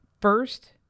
first